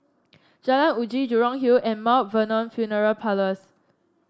Jalan Uji Jurong Hill and Mt Vernon Funeral Parlours